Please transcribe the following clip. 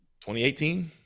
2018